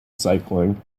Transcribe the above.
cycling